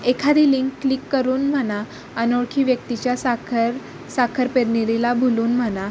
एखादी link click करून म्हणा अनोळखी व्यक्तीच्या साखर साखरपेरणीरीला भुलून म्हणा